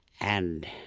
and,